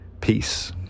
Peace